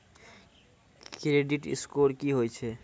Credit score की होय छै?